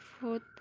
food